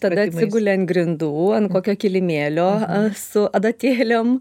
tada atsiguli ant grindų ant kokio kilimėlio su adatėlėm